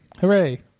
Hooray